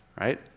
right